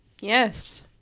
Yes